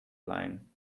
line